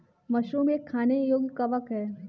mushroom एक खाने योग्य कवक है